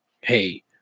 Hey